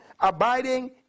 abiding